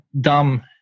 dumb